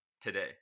today